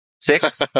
Six